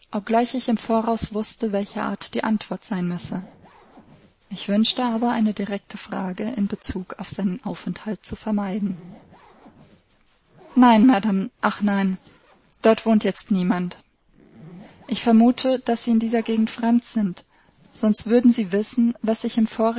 obgleich ich im voraus wußte welcher art die antwort sein müsse ich wünschte aber eine direkte frage in bezug auf seinen aufenthalt zu vermeiden nein madam ach nein dort wohnt jetzt niemand ich vermute daß sie in dieser gegend fremd sind sonst würden sie wissen was sich im